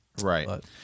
Right